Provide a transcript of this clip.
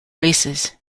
races